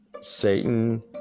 Satan